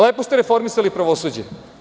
Lepo ste reformisali pravosuđe.